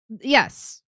yes